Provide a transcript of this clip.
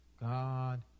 God